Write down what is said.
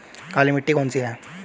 काली मिट्टी कौन सी है?